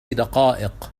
دقائق